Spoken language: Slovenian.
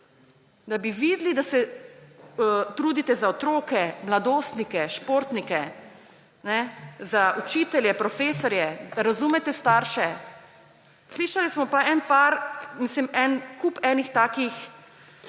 da bi videli, da se trudite za otroke, mladostnike, športnike, za učitelje, profesorje, da razumete starše. Slišali smo pa en kup enih takih